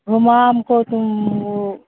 گھومام کو تم